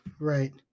right